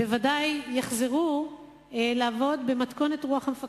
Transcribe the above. בוודאי יחזרו לעבוד במתכונת רוח המפקד,